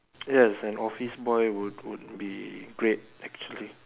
yes an office boy would would be great actually